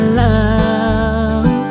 love